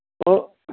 ꯑꯣ